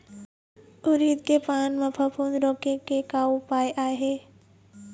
उरीद के पान म फफूंद रोके के का उपाय आहे?